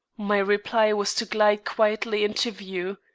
my reply was to glide quietly into view.